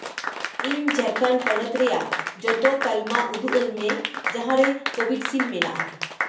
ᱤᱧ ᱡᱷᱟᱲᱠᱷᱚᱱᱰ ᱯᱚᱱᱚᱛ ᱨᱮᱭᱟᱜ ᱡᱷᱚᱛᱚ ᱛᱟᱞᱢᱟ ᱩᱫᱩᱜ ᱟᱹᱧ ᱢᱮ ᱡᱟᱦᱟᱸ ᱨᱮ ᱠᱳᱵᱷᱤᱰ ᱥᱤᱞᱰ ᱢᱮᱱᱟᱜᱼᱟ